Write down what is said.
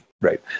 Right